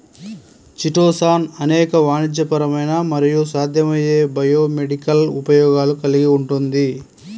chitosan అనేక వాణిజ్యపరమైన మరియు సాధ్యమయ్యే బయోమెడికల్ ఉపయోగాలు కలిగి ఉంటుంది